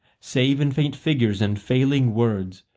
save in faint figures and failing words,